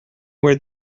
where